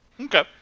Okay